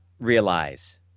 realize –